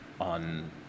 on